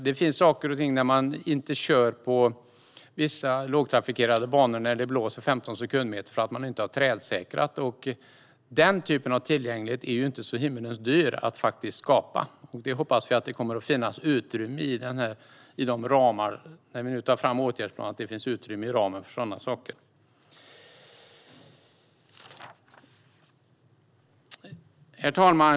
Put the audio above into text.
På vissa lågtrafikerade banor kör man inte när det blåser 15 sekundmeter därför att man inte har trädsäkrat. Den typen av tillgänglighet är ju inte så himmelens dyr att skapa, så vi hoppas att det kommer att finnas utrymme i åtgärdsplanen för sådana saker.